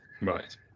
Right